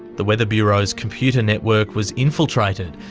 the weather bureau's computer network was infiltrated,